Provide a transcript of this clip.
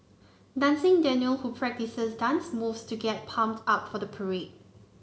dancing Daniel who practices dance moves to get pumped up for the parade